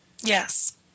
yes